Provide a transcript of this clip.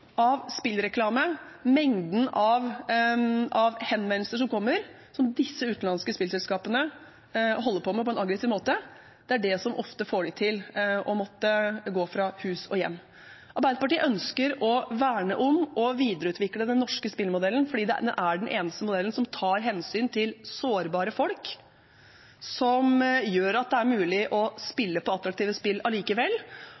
av spillreklame, mengden av henvendelser som kommer, som disse utenlandske spillselskapene holder på med på en aggressiv måte, det som ofte får dem til å måtte gå fra hus og hjem. Arbeiderpartiet ønsker å verne om og videreutvikle den norske spillmodellen, fordi det er den eneste modellen som tar hensyn til sårbare folk, som gjør at det er mulig å